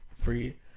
Free